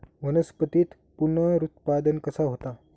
वनस्पतीत पुनरुत्पादन कसा होता?